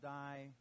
die